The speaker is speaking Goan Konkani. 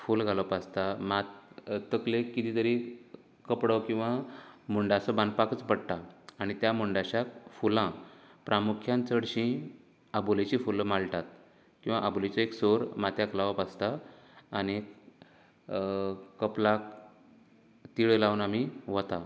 फूल घालप आसता माथ तकलेक कितें तरी कपडो किंवां मुंडासो बांदपाकूच पडटा आनी त्या मुंडाश्याक फुलां चडशीं आबोलेची फुलां माळटात किंवां आबोलेचो एक सोर माथ्याक लावप आसता आनी कपलाक तिळो लावन आमी वतात